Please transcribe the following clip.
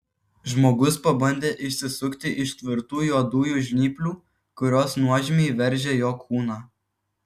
žmogus pabandė išsisukti iš tvirtų juodųjų žnyplių kurios nuožmiai veržė jo kūną